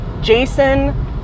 Jason